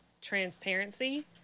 transparency